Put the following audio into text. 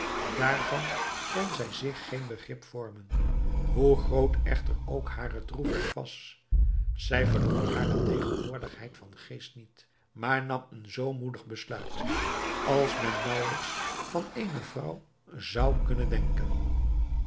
daarvan kon zij zich geen begrip vormen hoe groot echter ook hare droefheid was zij verloor hare tegenwoordigheid van geest niet maar nam een zoo moedig besluit als men naauwelijks van eene vrouw zou kunnen denken